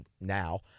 now